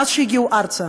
מאז שהגיעו ארצה,